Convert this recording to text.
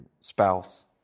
spouse